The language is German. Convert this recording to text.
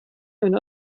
eine